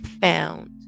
found